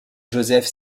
joseph